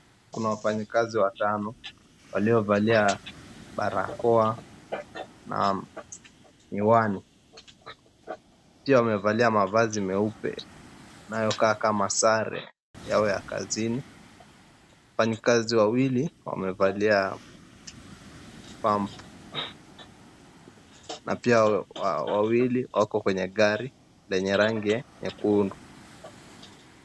Kuna wafanyikazi watano waliovalia barakoa na miwani, pia wamevalia mavazi meupe yanayokaa kama sare yao ya kazini wafanyikazi wawili wamevalia pump na pia wawili wako kwenye gari lenye rangi nyekundu.